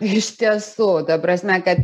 iš tiesų ta prasme kad